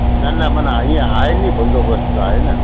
न न माना हीअं आहे नी बंदोबस्तु त आहे न